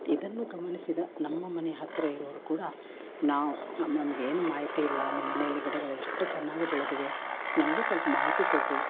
ಇದನ್ನು ಗಮನಿಸಿದ ನಮ್ಮ ಮನೆ ಹತ್ತಿರ ಇರೋರು ಕೂಡ ನಾವು ನಮ್ಮ ನಮ್ಗೇನೂ ಮಾಹಿತಿ ಇಲ್ಲ ನಿಮ್ಮ ಮನೇಲ್ಲಿ ಗಿಡಗಳು ಎಷ್ಟು ಚೆನ್ನಾಗಿ ಬೆಳೆದಿವೆ ನಮಗೂ ಸ್ವಲ್ಪ ಮಾಹಿತಿ ಕೊಡಿರಿ